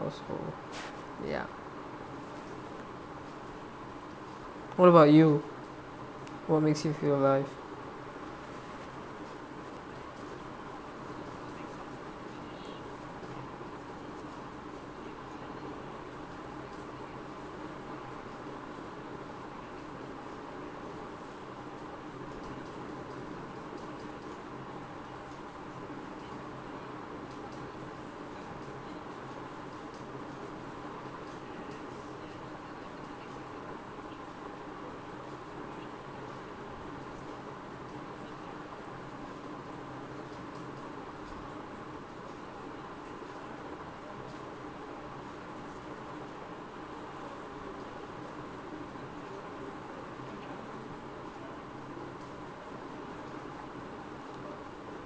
ya what about you what makes you feel alive